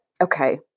okay